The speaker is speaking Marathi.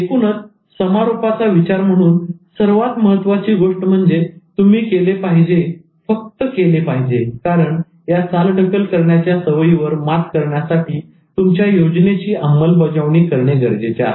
एकूणच समारोपाचा विचार म्हणून सर्वात महत्त्वाची गोष्ट म्हणजे तुम्ही केले पाहिजे फक्त केले पाहिजे कारण या चालढकल करण्याच्या सवयी वर मात करण्यासाठी तुमच्या योजनेची अंमलबजावणी करणे गरजेचे आहे